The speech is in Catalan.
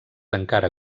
encara